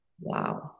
Wow